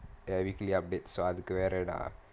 ya weekly update so அதுக்கு வேறடா:athukku veradaa